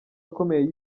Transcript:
akomeye